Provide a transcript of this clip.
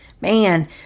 Man